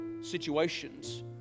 situations